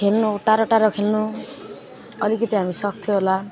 खेल्नु टाडो टाडो खेल्नु अलिकति हामी सक्थ्यो होला